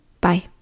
Bye